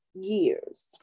years